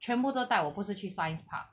全部都带我不是去 science park